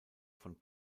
von